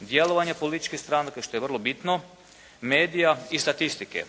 djelovanja političkih stranaka što je vrlo bitno, medija i statistike.